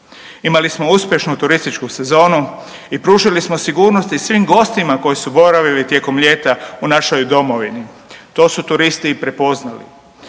Imali smo uspješnu turističku sezonu i pružili smo sigurnost i svim gostima koji su boravili tijekom ljeta u našoj domovini. To su turisti i prepoznali.